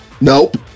Nope